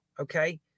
Okay